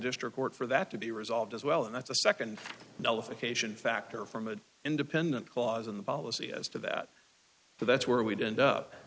district court for that to be resolved as well and that's a second nullification factor from an independent clause in the policy as to that so that's where we'd end up